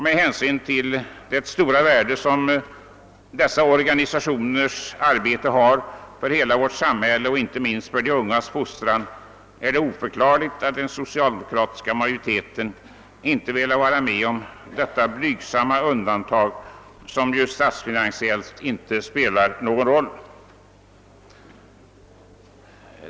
Med hänsyn till det stora värde som ifrågavarande organisationers arbete har för hela vårt samhälle och inte minst för de ungas fostran är det oförklarligt att den socialdemokratiska majoriteten inte velat vara med om detta blygsamma undantag, som statsfinansiellt inte spelar någon roll.